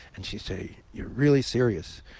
and she'd say, you're really serious?